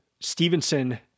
Stevenson